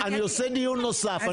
אני עושה דיון נוסף.